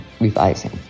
revising